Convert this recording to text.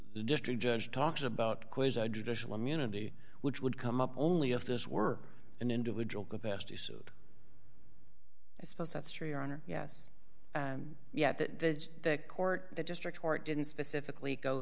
district judge talked about quiz a judicial immunity which would come up only if this were an individual capacity suit i suppose that's true your honor yes and yet that court the district court didn't specifically go